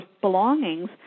belongings